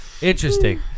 Interesting